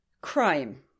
Crime